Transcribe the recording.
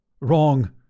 Wrong